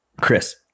Chris